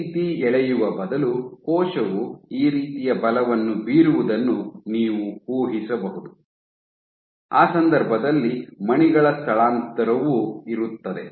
ಈ ರೀತಿ ಎಳೆಯುವ ಬದಲು ಕೋಶವು ಈ ರೀತಿಯ ಬಲವನ್ನು ಬೀರುವುದನ್ನು ನೀವು ಊಹಿಸಬಹುದು ಆ ಸಂದರ್ಭದಲ್ಲಿ ಮಣಿಗಳ ಸ್ಥಳಾಂತರವೂ ಇರುತ್ತದೆ